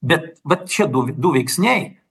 bet vat šie du du veiksniai